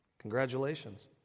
Congratulations